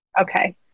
okay